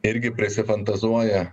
irgi prisifantazuoja